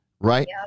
right